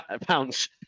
Pounds